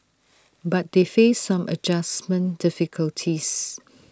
but they faced some adjustment difficulties